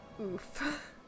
Oof